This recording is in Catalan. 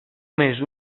més